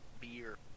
beer